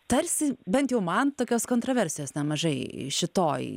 tarsi bent jau man tokios kontroversijos nemažai šitoj